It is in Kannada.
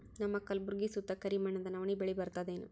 ನಮ್ಮ ಕಲ್ಬುರ್ಗಿ ಸುತ್ತ ಕರಿ ಮಣ್ಣದ ನವಣಿ ಬೇಳಿ ಬರ್ತದೇನು?